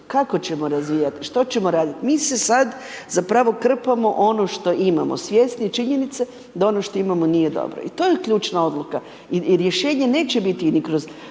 kako ćemo razvijati, što ćemo raditi, mi se sad zapravo krpamo ono što imamo, svjesni činjenice da ono što imamo nije dobro i to ključna odluka i rješenje niti biti ni kroz